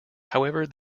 however